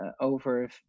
over